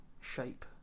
shape